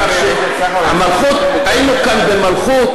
היינו כאן במלכות